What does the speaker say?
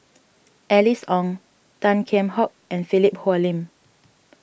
Alice Ong Tan Kheam Hock and Philip Hoalim